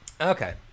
Okay